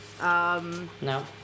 No